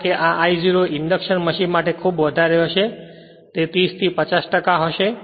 કારણ કે આ I0 ઇન્ડક્શન મશીન માટે ખૂબ વધારે હશે તે 30 થી 50 હશે